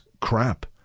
crap